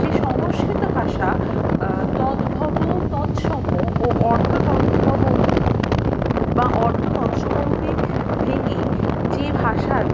সে সংস্কৃত ভাষা তদ্ভব তৎসম ও অর্ধ তদ্ভব বা অর্ধ তৎসমরুপী ভেঙে যে ভাষার